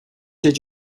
did